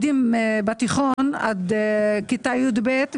בלימודים בתיכון עד כתה י"ב,